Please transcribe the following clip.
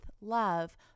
love